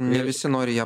ne visi nori ją